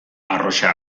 arrosa